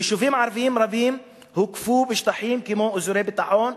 יישובים ערביים רבים הוקפו בשטחים כמו אזורי ביטחון,